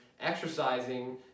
exercising